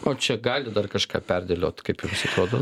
o čia gali dar kažką perdėliot kaip jums atrodo